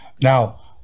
now